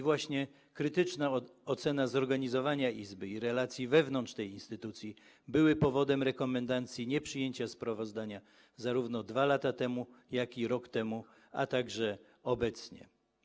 Właśnie krytyczna ocena zorganizowania Izby i relacji wewnątrz tej instytucji była powodem rekomendacji nieprzyjęcia sprawozdania zarówno 2 lata temu, jak i rok temu, a także obecnie.